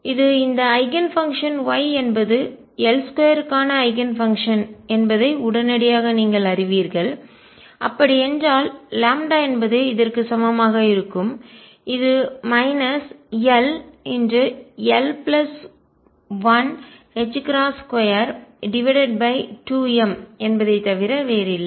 இது இந்த eigenfunction Y என்பது L2 க்கான ஐகன் பங்ஷன் என்பதை உடனடியாக நீங்கள் அறிவீர்கள் அப்படியென்றால் என்பது இதற்கு சமமாக இருக்கும் இது ll122m என்பதை தவிர வேறு இல்லை